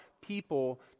people